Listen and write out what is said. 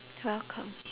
welcome